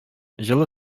җылы